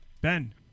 Ben